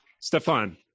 Stefan